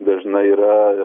dažnai yra